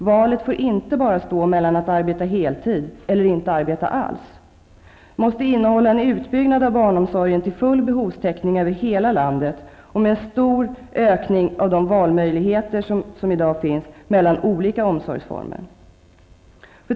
Valet får inte bara stå mellan att arbeta heltid eller inte arbeta alls. * Det måste innehålla en utbyggnad av barnomsorgen till full behovstäckning över hela landet och med en stor ökning av valmöjligheterna mellan olika omsorgsformer.